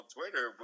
Twitter